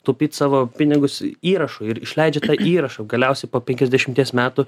taupyt savo pinigus įrašo ir išleidžia tą įrašą galiausiai po penkiasdešimties metų